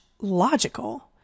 logical